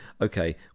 okay